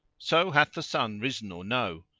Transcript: so hath the sun risen or no?